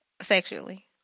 Sexually